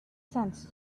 sense